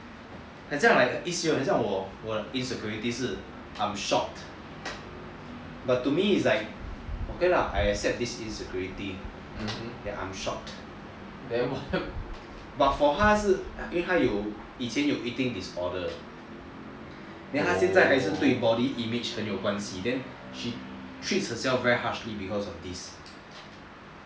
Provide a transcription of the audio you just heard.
很像 like 一些人很像我的 insecurity 是 I'm short but to me it's like okay lah I accept this insecurity that I'm short but for 他是 I mean 他以前有 eating disorder 的 then 他现在还是对 body image 很有关系 then she treats herself very harsh maybe cause of this